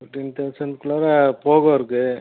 ஒரு டென் தௌசண்ட்க்குள்ளார போகோ இருக்குது